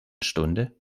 stunde